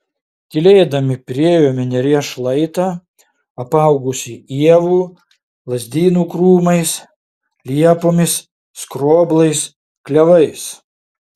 tylėdami priėjome neries šlaitą apaugusį ievų lazdynų krūmais liepomis skroblais klevais